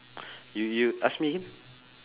you you ask me again